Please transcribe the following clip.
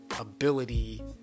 ability